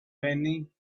penny